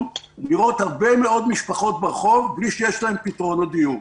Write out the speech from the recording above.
לראות הרבה מאוד משפחות ברחוב בלי שיש להן פתרונות דיור.